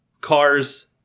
cars